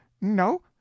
no